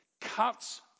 cuts